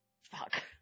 Fuck